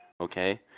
Okay